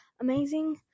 amazing